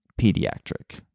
Pediatric